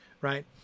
right